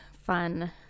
fun